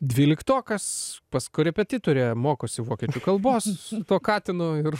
dvyliktokas pas korepetitorę mokosi vokiečių kalbos su tuo katinu ir